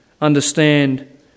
understand